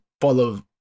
follow